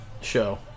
show